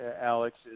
Alex